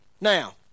Now